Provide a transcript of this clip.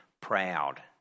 proud